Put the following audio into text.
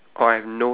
ya